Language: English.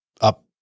up